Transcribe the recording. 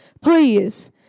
please